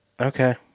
Okay